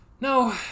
no